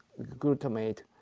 glutamate